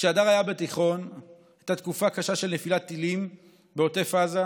כשהדר היה בתיכון הייתה תקופה קשה של נפילת טילים בעוטף עזה,